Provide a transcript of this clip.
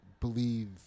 believe